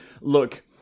Look